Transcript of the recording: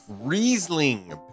Riesling